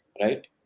right